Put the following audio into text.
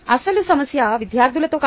అసలు సమస్య విద్యార్థులతో కాదు